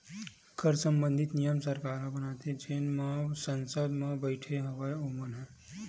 कर संबंधित नियम सरकार ह बनाथे जेन मन ह संसद म बइठे हवय ओमन ह